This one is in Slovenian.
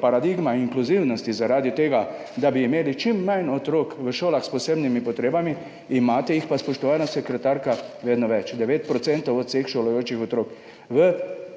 paradigma inkluzivnosti zaradi tega, da bi imeli čim manj otrok v šolah s posebnimi potrebami, imate jih pa, spoštovana sekretarka, vedno več. 9 % od vseh šolajočih otrok v